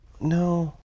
No